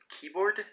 keyboard